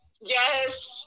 Yes